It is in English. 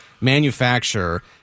manufacture